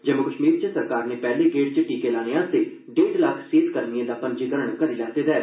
जम्मू कश्मीर च सरकार नै पहले गेड़ च टीके लाने आस्तै डेढ़ लक्ख सेहत कर्मियें दा पंजीकरन कीते दा ऐ